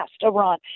Iran